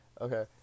okay